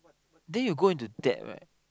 then you go into debt right